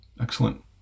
Excellent